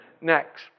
next